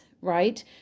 right